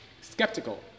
skeptical